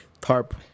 tarp